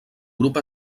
grup